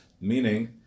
Meaning